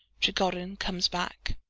trigorin comes back.